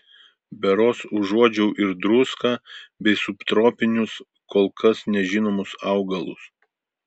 berods užuodžiau ir druską bei subtropinius kol kas nežinomus augalus